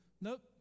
Nope